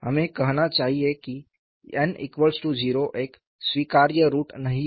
हमें कहना चाहिए कि n 0 एक स्वीकार्य रूट नहीं है